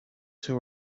two